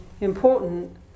important